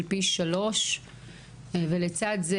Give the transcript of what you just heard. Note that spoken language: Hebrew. של פי שלוש ולצד זה,